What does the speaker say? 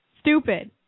Stupid